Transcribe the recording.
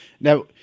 Now